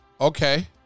Okay